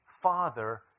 father